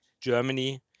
Germany